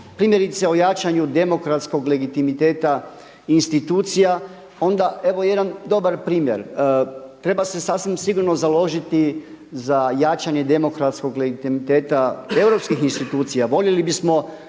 primjerice i jačanju demokratskog legitimiteta institucija onda evo jedan dobar primjer. Treba se sasvim sigurno založiti za jačanje demokratskog legitimiteta europskih institucija.